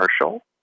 commercial